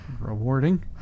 rewarding